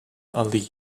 ali